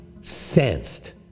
sensed